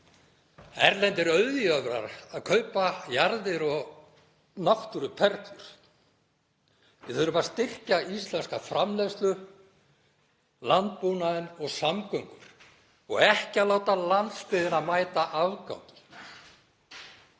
Erlendir auðjöfrar að kaupa jarðir og náttúruperlur. Við þurfum að styrkja íslenska framleiðslu, landbúnaðinn og samgöngur og ekki að láta landsbyggðina mæta afgangi.